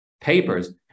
papers